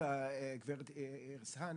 איזשהן